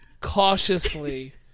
cautiously